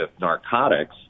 narcotics